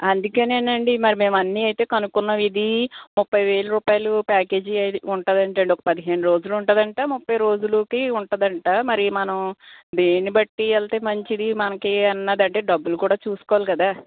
అందుకే అండీ మరి మేము అన్నీ అయితే కనుగొన్నాము ఇది ముప్పై వేల రూపాయల ప్యాకేజీ అది ఉంటుందట అండి ఒక పదిహేను రోజులకి ఉంటుందట ముప్పై రోజులకి ఉంటుందట మరి మనం దేనిని బట్టి వెళితే మంచిది మనకి అన్నది అంటే డబ్బులు కూడా చూసుకోవాలి కదా